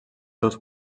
seus